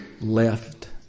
left